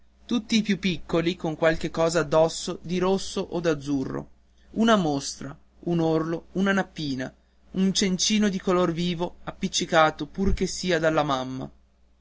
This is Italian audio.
tutti i più piccoli con qualche cosa addosso di rosso o d'azzurro una mostra un orlo una nappina un cencino di color vivo appiccicato pur che sia dalla mamma